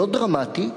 לא דרמטי,